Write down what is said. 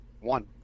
One